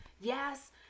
yes